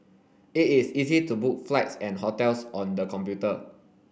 it is easy to book flights and hotels on the computer